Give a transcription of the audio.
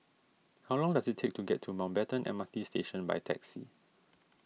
how long does it take to get to Mountbatten M R T Station by taxi